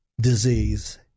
disease